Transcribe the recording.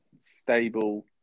stable